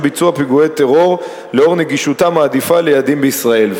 ביצוע פיגועי טרור לאור נגישותם העדיפה ליעדים בישראל.